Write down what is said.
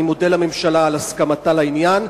אני מודה לממשלה על הסכמתה לעניין,